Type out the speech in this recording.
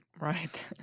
Right